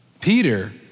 Peter